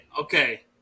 okay